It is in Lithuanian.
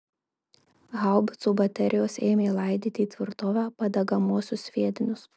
haubicų baterijos ėmė laidyti į tvirtovę padegamuosius sviedinius